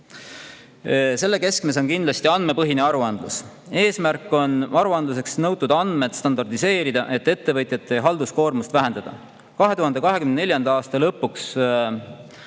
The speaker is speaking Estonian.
Selle keskmes on kindlasti andmepõhine aruandlus. Eesmärk on aruandluseks nõutud andmed standardiseerida, et ettevõtjate halduskoormust vähendada. 2024. aasta lõpuks